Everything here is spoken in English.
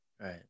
Right